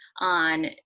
on